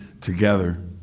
together